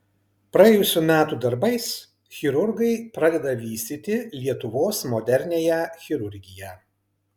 praėjusių metų darbais chirurgai pradeda vystyti lietuvos moderniąją chirurgiją